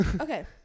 okay